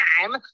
time